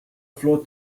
flow